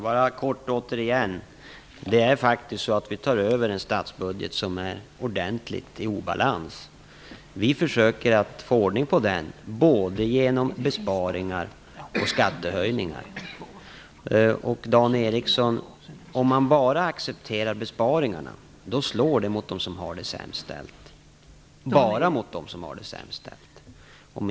Herr talman! Det är faktiskt så, att vi tar över en statsbudget som är ordentligt i obalans. Vi försöker att få ordning på den genom både besparingar och skattehöjningar. Om man bara accepterar besparingarna slår det bara mot dem som har det sämst ställt.